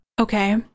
okay